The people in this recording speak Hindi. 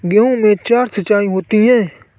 गेहूं में चार सिचाई होती हैं